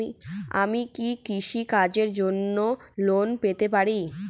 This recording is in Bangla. আমি কি কৃষি কাজের জন্য লোন পেতে পারি?